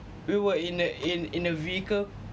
we were in a in in a vehicle